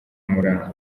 umurambo